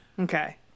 Okay